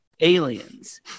Aliens